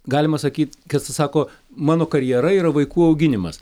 galima sakyt kas sako mano karjera yra vaikų auginimas